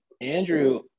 Andrew